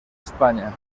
españa